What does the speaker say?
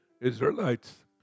Israelites